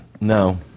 no